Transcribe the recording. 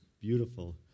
beautiful